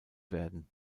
werden